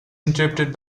interrupted